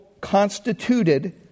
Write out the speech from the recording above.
constituted